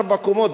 ארבע קומות,